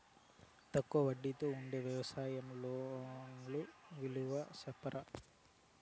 తక్కువ వడ్డీ తో ఉండే వ్యవసాయం లోను వివరాలు సెప్తారా?